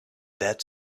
that